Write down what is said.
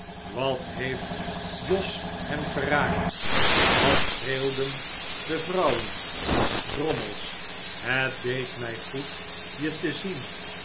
wat heeft jos hem geraakt wat schreeuwden de vrouwen drommels het deed mij goed je te zien